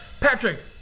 Patrick